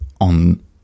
on